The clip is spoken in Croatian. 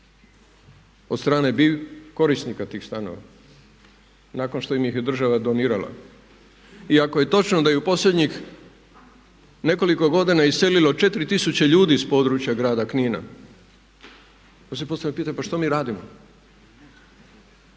od strane korisnika tih stanova nakon što im ih je država donirala i ako je točno da je u posljednjih nekoliko godina uselilo 4 tisuće ljudi iz područja grada Knina, onda se postavlja pitanje pa što mi radimo?